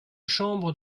chambre